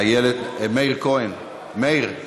מאיר כהן, מאיר,